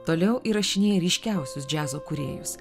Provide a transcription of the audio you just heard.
toliau įrašinėja ryškiausius džiazo kūrėjus